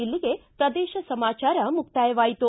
ಇಲ್ಲಿಗೆ ಪ್ರದೇಶ ಸಮಾಚಾರ ಮುಕ್ತಾಯವಾಯಿತು